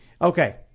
okay